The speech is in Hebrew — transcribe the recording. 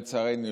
לצערנו,